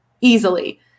easily